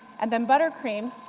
and then buttercream,